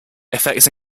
effects